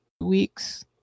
weeks